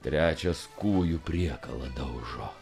trečias kūju priekalą daužo